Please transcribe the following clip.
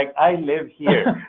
i live here.